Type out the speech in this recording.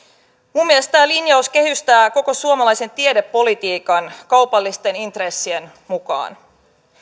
minun mielestäni tämä linjaus kehystää koko suomalaisen tiedepolitiikan kaupallisten intressien mukaan